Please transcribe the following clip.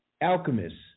alchemists